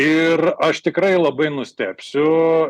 ir aš tikrai labai nustebsiu